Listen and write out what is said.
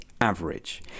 Average